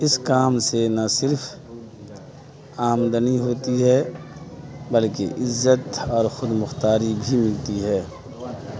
اس کام سے نہ صرف آمدنی ہوتی ہے بلکہ عزت اور خود مختاری بھی ملتی ہے